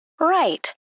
Right